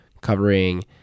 covering